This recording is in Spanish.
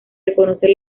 reconocer